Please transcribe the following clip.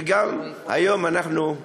וגם היום אנחנו,